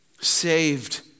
saved